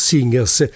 Singers